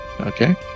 Okay